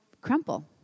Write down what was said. crumple